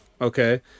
Okay